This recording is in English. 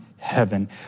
heaven